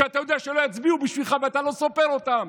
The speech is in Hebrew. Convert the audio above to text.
שאתה יודע שלא יצביעו בשבילך ואתה לא סופר אותן.